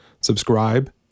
subscribe